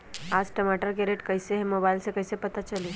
आज टमाटर के रेट कईसे हैं मोबाईल से कईसे पता चली?